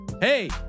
Hey